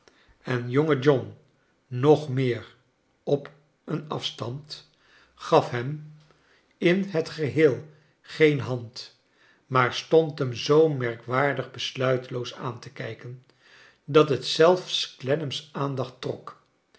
en jonge john nog meer op een af stand gaf hem in het geheel geen hand maar stond hem zoo merkwaardig besluiteloos aan te kij ken dat het zelfs clennam's aandacht trok